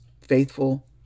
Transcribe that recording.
faithful